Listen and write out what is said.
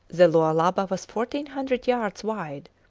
the lualaba was fourteen hundred yards wide,